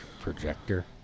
projector